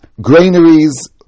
granaries